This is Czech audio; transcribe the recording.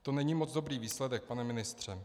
To není moc dobrý výsledek, pane ministře.